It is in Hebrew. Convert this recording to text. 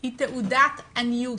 היא תעודת עניות